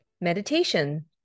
meditation